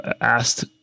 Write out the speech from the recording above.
asked